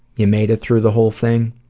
you made it through the whole thing